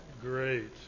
great